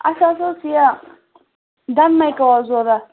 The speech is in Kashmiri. اَسہِ حظ ٲس یہِ ڈَن مَیٚکَا حظ ضوٚرَتھ